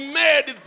made